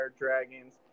Dragons